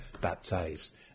baptized